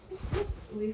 cause with